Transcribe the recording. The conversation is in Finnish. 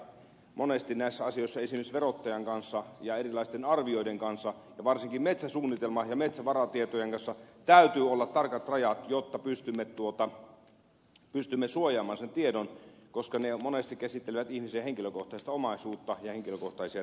monesti näissä asioissa esimerkiksi verottajan kanssa ja erilaisten arvioiden kanssa ja varsinkin metsäsuunnitelman ja metsävaratietojen kanssa täytyy olla tarkat rajat jotta pystymme suojaamaan ne tiedot koska ne monesti käsittelevät ihmisen henkilökohtaista omaisuutta ja henkilökohtaisia asioita